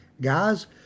guys